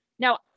Now